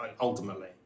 ultimately